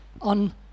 on